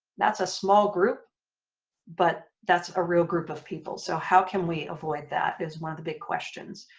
that's a small group but that's a real group of people so how can we avoid that is one of the big questions.